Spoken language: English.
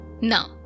Now